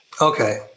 Okay